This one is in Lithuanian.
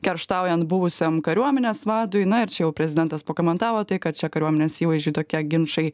kerštaujant buvusiam kariuomenės vadui na ir čia jau prezidentas pakomentavo tai kad čia kariuomenės įvaizdžiui tokie ginčai